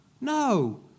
no